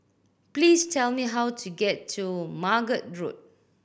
please tell me how to get to Margate Road